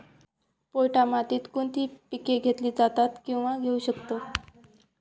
पोयटा मातीत कोणती पिके घेतली जातात, किंवा घेऊ शकतो?